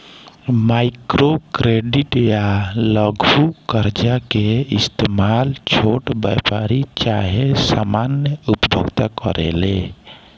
micro credit या लघु कर्जा के इस्तमाल छोट व्यापारी चाहे सामान्य उपभोक्ता करेले